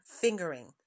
fingering